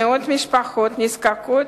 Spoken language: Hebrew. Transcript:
למאות משפחות נזקקות,